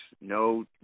no